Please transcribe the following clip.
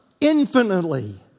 infinitely